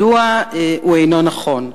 מדוע הוא אינו נכון?